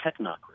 technocracy